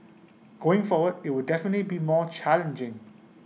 going forward IT will definite be more challenging